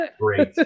great